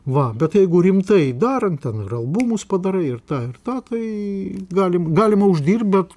va bet jeigu rimtai darant ten ir albumus padarai ir tą ir tą tai galim galima uždirbt bet